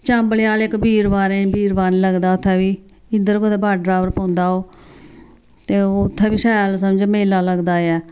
चम्बलयाल इक वीरवारें वीरवारें लगदा उ'त्थें बी इद्धर कुदै बॉर्डरै 'र पौंदा ओह् ते उ'त्थें बी शैल समझो मेला लगदा ऐ